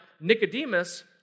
Nicodemus